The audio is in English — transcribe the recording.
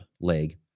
leg